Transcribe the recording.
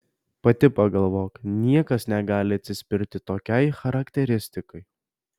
pati pagalvok niekas negali atsispirti tokiai charakteristikai